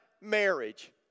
marriage